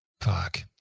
Fuck